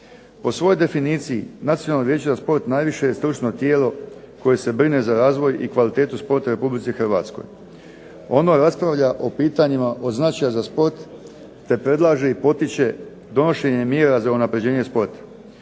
Po svoj definiciji Nacionalno vijeće za sport najviše je stručno tijelo koje se brine za razvoj i kvalitetu sporta u Republici Hrvatskoj. Ono raspravlja o pitanjima od značaja za sport, te potiče i predlaže donošenje mjera za unapređenje sporta.